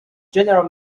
general